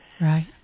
Right